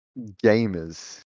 Gamers